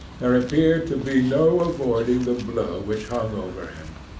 there appeared to be no avoiding the blow which hung over him.